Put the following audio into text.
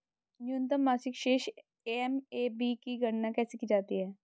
न्यूनतम मासिक शेष एम.ए.बी की गणना कैसे की जाती है?